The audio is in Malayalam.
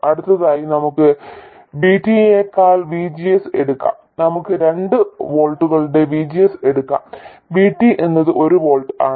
അടുത്തതായി നമുക്ക് VT യെക്കാൾ VGS എടുക്കാം നമുക്ക് രണ്ട് വോൾട്ടുകളുടെ VGS എടുക്കാം VT എന്നത് ഒരു വോൾട്ട് ആണ്